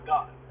God